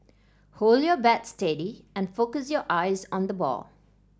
hold your bat steady and focus your eyes on the ball